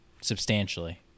substantially